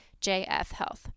JFHealth